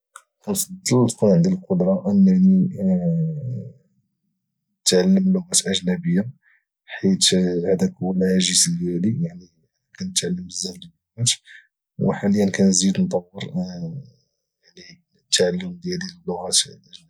انني تكون عندي القدره باش نتعلم اللغات اجنبيه حيت هذاك هو الهاجس ديالي حيت كنتعلم بزاف ديال اللغات وحاليا كانزيد نطور راسي باش نتعلم اللغه الاجنبيه